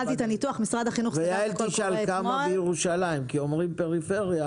יעל תשאל כמה בירושלים, כי אומרים "פריפריה"